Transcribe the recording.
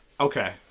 Okay